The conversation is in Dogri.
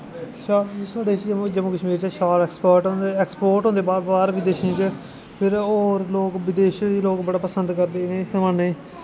साढ़े जम्मू कश्मीर चा शाल एक्सपोर्ट होंदे एक्सपोर्ट होंदे बाह्र विदेशें च फिर होर लोग विदेशे च लोग बड़ा पसंद करदे इ'नें समानें